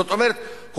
זאת אומרת,